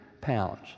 pounds